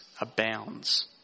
abounds